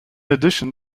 addition